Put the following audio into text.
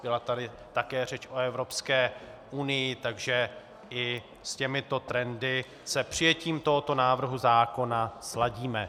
Byla tady také řeč o Evropské unii, takže i s těmito trendy se přijetím tohoto návrhu zákona sladíme.